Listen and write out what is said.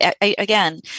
again